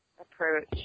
approach